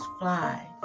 Fly